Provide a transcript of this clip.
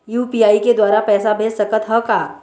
UPI के द्वारा पैसा भेज सकत ह का?